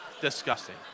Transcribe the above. Disgusting